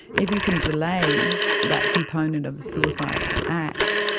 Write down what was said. if you can delay that component of a suicidal act,